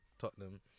Tottenham